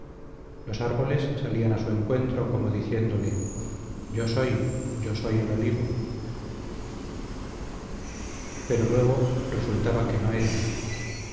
los árboles salían a su encuentro como diciéndole yo soy yo soy el olivo pero luego resultaba que no eran